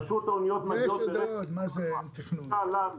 פשוט האוניות מגיעות ברצף כל הזמן.